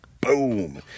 boom